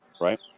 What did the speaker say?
right